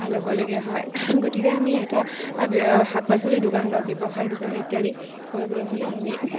ল'বলগীয়া হয় গতিকে আমি এটা শাক পাচলি দোকান বা ব্যৱসায় দোকান ইত্যাদি কৰিবলৈ হ'লে আমি